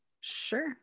sure